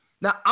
Now